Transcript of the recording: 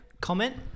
Comment